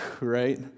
right